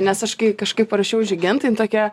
nes aš kai kažkaip parašiau žygintai jin tokia